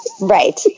Right